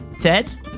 ted